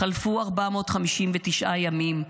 חלפו 459 ימים,